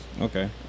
Okay